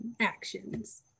actions